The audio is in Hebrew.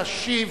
תשיב,